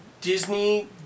Disney